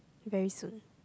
very soon